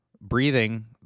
breathing